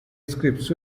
scripts